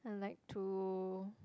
I like to